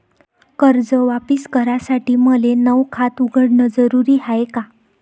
कर्ज वापिस करासाठी मले नव खात उघडन जरुरी हाय का?